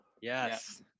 Yes